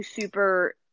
super